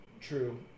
True